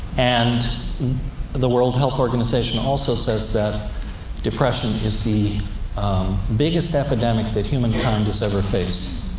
and the world health organization also says that depression is the biggest epidemic that humankind has ever faced.